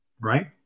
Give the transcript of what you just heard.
Right